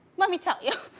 let me tell you.